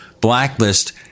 blacklist